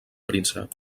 príncep